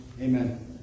amen